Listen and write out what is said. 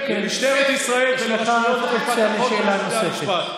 למשטרת ישראל ולרשויות אכיפת החוק ולבתי המשפט.